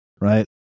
right